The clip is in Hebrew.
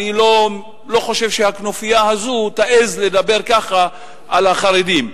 אני לא חושב שהכנופיה הזו תעז לדבר ככה על החרדים.